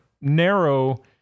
narrow